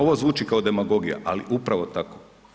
Ovo zvuči kao demagogija, ali upravo tako.